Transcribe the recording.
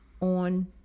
on